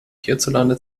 hierzulande